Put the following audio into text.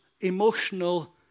emotional